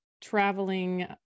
traveling